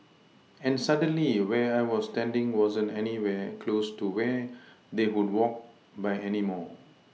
and suddenly where I was standing wasn't anywhere close to where they would walk by anymore